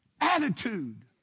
attitude